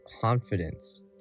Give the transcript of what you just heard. confidence